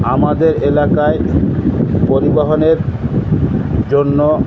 আমাদের এলাকায় পরিবহনের জন্য